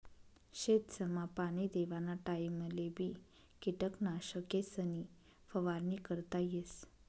शेतसमा पाणी देवाना टाइमलेबी किटकनाशकेसनी फवारणी करता येस